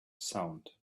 sound